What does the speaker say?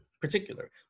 particular